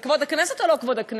זה כבוד הכנסת או לא כבוד הכנסת?